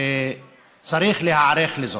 וצריך להיערך לזאת.